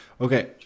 Okay